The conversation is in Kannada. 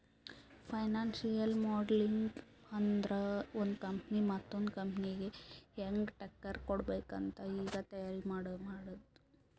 ಫೈನಾನ್ಸಿಯಲ್ ಮೋಡಲಿಂಗ್ ಅಂದುರ್ ಒಂದು ಕಂಪನಿ ಮತ್ತೊಂದ್ ಕಂಪನಿಗ ಹ್ಯಾಂಗ್ ಟಕ್ಕರ್ ಕೊಡ್ಬೇಕ್ ಅಂತ್ ಈಗೆ ತೈಯಾರಿ ಮಾಡದ್ದ್